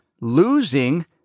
losing